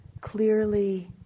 clearly